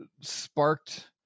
sparked